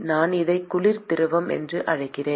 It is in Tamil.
நான் இதை குளிர் திரவம் என்று அழைக்கிறேன்